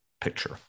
picture